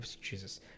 jesus